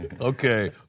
Okay